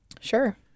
Sure